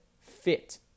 Fit